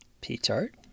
P-Tart